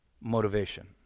motivation